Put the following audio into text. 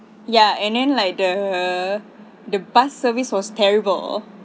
ya and then like the the bus service was terrible